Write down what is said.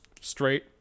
straight